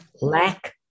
lack